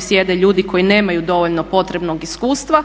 sjede ljudi koji nemaju dovoljno potrebnog iskustva.